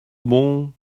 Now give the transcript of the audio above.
bon